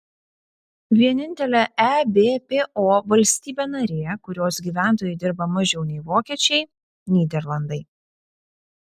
vienintelė ebpo valstybė narė kurios gyventojai dirba mažiau nei vokiečiai nyderlandai